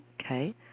okay